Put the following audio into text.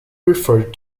referred